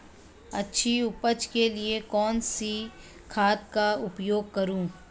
अच्छी उपज के लिए कौनसी खाद का उपयोग करूं?